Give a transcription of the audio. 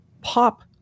Pop